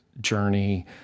journey